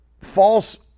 false